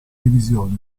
divisione